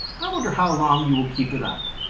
i wonder how long you will keep it up.